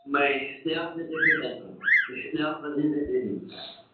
میں اشتیاق بات کر رہا ہوں اشتیاق